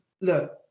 Look